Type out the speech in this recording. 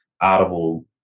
Audible